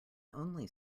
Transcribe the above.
only